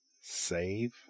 Save